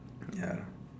ya